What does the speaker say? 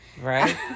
Right